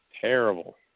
Terrible